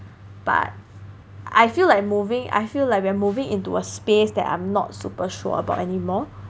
but I feel like moving I feel like we're moving into a space that I'm not super sure about anymore